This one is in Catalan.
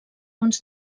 uns